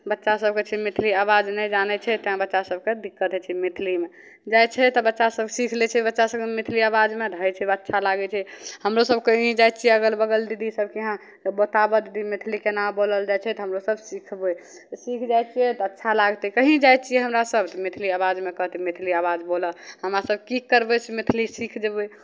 बच्चा सभकेँ छै मैथिली आवाज नहि जानै छै तेँ बच्चा सभकेँ दिक्कत होइ छै मैथिलीमे जाइ छै तऽ बच्चासभ सिखि लै छै बच्चा सभकेँ मैथिली आवाजमे तऽ होइ छै अच्छा लागै छै हमरोसभ कहीँ जाइ छिए अगल बगल दीदी सभके यहाँ बताबऽ दीदी मैथिली कोना बोलल जाइ छै तऽ हमरोसभ सिखबै सिखि जाइ छिए तऽ अच्छा लागतै कहीँ जाइ छिए हमरासभ तऽ मैथिली आवाजमे कहतै मैथिली आवाज बोलऽ हमरासभ कि करबै से मैथिली सिखि जएबै